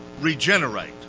regenerate